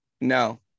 No